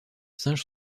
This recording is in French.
singes